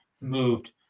moved